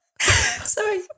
sorry